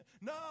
no